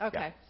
Okay